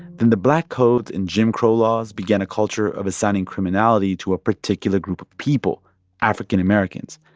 then the black codes and jim crow laws began a culture of assigning criminality to a particular group of people african americans.